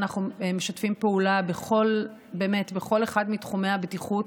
ואנחנו משתפים פעולה בכל אחד מתחומי הבטיחות,